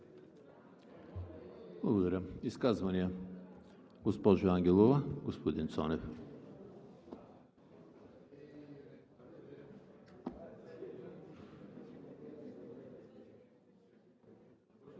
Благодаря. Изказвания? Госпожо Ангелова, господин Цонев.